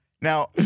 Now